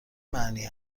معنی